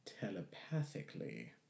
telepathically